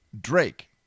Drake